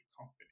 company